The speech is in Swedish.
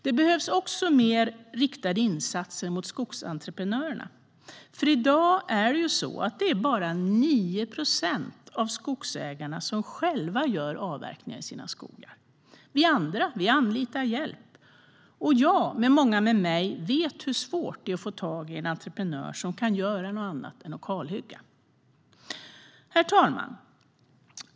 Det behövs också mer riktade insatser mot skogsentreprenörerna. I dag är det nämligen bara 9 procent av skogsägarna som själva gör avverkningar i sina skogar. Vi andra anlitar hjälp, och jag och många med mig vet hur svårt det är att få tag i en entreprenör som kan göra något annat än att kalhugga. Herr talman!